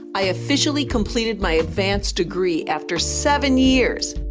i officially completed my advanced degree after seven years,